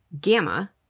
gamma